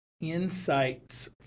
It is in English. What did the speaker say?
insights